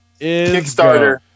Kickstarter